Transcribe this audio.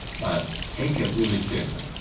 but take it really seriously.